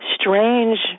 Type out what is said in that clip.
strange